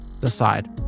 Decide